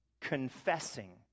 confessing